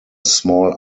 small